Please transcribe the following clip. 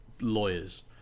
lawyers